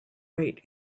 rate